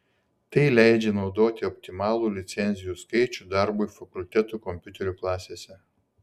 tai leidžia naudoti optimalų licencijų skaičių darbui fakultetų kompiuterių klasėse